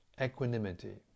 equanimity